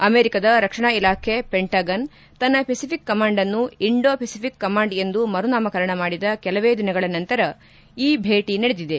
ಅಮೆರಿಕದ ರಕ್ಷಣಾ ಇಲಾಖೆ ಪೆಂಟಗನ್ ತನ್ನ ಪೆಸಿಫಿಕ್ ಕಮಾಂಡ್ ಅನ್ನು ಇಂಡೋ ಪೆಸಿಫಿಕ್ ಕಮಾಂಡ್ ಎಂದು ಮರುನಾಮಕರಣ ಮಾಡಿದ ಕೆಲವೇ ದಿನಗಳ ನಂತರ ಈ ಭೇಟಿ ನಡೆದಿದೆ